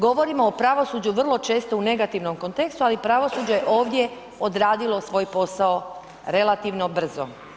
Govorimo o pravosuđu vrlo često u negativnom kontekstu, ali je pravosuđe ovdje odradilo svoj posao relativno brzo.